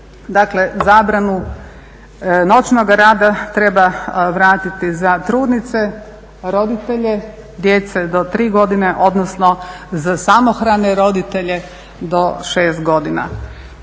zabranu noćnog rada treba vratiti za trudnice, roditelje djece do 3 godine odnosno za samohrane roditelje do 6 godina.